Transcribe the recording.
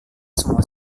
semua